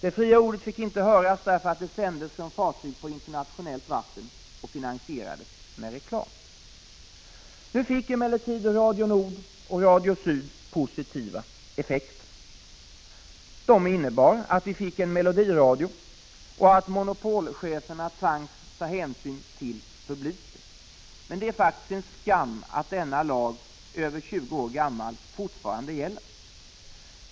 Det fria ordet fick inte höras, därför att det sändes från fartyg på internationellt vatten och finansierades med reklam. Radio Nord och Radio Syd fick emellertid positiva effekter. De innebar att vi fick en melodiradio och att monopolcheferna tvangs ta hänsyn till publiken. Det är faktiskt en skam att denna lag, över 20 år gammal, fortfarande gäller.